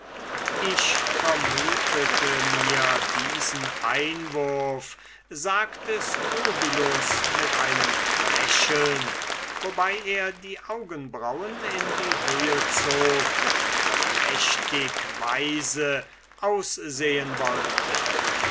ich vermutete mir diesen einwurf sagte strobylus mit einem lächeln wobei er die augenbraunen in die höhe zog und mächtig weise aussehen wollte